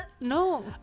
no